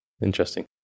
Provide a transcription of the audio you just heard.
interesting